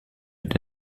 mit